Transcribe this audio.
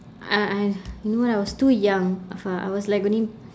I I you know what I was too young afar I was like only